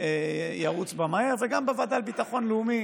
ירוץ בה מהר, וגם בוועדה לביטחון לאומי